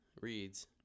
reads